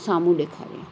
साम्हूं ॾेखारियां